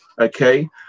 okay